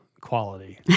quality